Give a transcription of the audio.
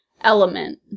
element